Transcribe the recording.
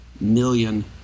million